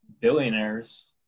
billionaires